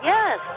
Yes